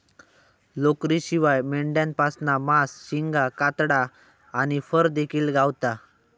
लोकरीशिवाय मेंढ्यांपासना मांस, शिंगा, कातडा आणि फर देखिल गावता